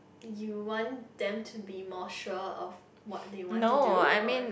you want them to be more sure of what they want to do or